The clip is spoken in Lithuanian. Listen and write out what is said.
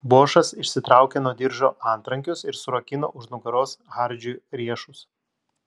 bošas išsitraukė nuo diržo antrankius ir surakino už nugaros hardžiui riešus